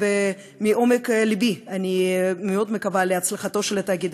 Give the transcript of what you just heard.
מעומק לבי אני מאוד מקווה להצלחתו של התאגיד,